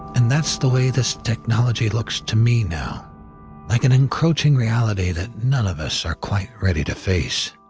and that's the way this technology looks to me now like an encroaching reality that none of us are quite ready to face.